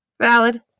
Valid